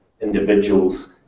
individuals